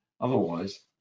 otherwise